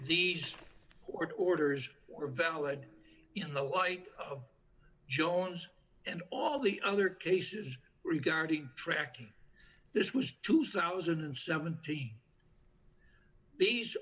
these court orders were valid in the light jones and all the other cases regarding tracking this was two thousand and seventy these